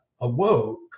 awoke